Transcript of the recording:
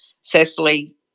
Cecily